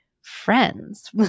friends